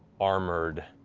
armored,